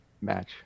match